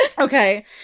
okay